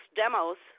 demos